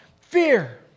fear